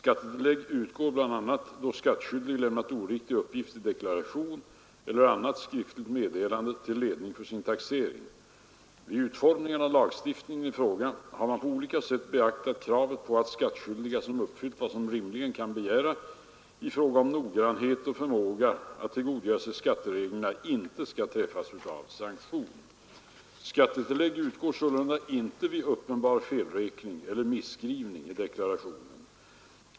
Vid utformningen av lagstiftningen i fråga har man på olika sätt beaktat kravet på att skattskyldiga som uppfyllt vad man rimligen kan begära i fråga om noggrannhet och förmåga att tillgodogöra sig skattereglerna inte skall träffas av sanktion. Skattetillägg utgår sålunda inte vid uppenbar felräkning eller misskrivning i deklarationen.